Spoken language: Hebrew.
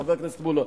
חבר הכנסת מולה,